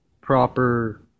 proper